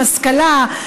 השכלה,